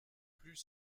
plus